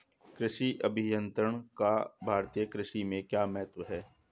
कृषि अभियंत्रण का भारतीय कृषि में क्या महत्व है?